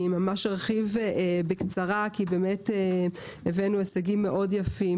ממש ארחיב בקצרה כי הבאנו הישגים יפים מאוד